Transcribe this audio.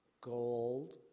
gold